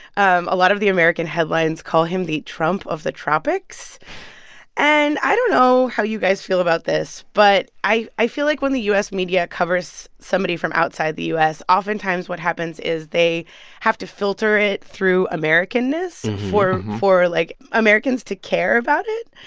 um a lot of the american headlines call him the trump of the tropics and i don't know how you guys feel about this, but i i feel like when the u s. media covers somebody from outside the u s, oftentimes what happens is they have to filter it through americanness, for for, like, americans to care about it.